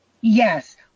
Yes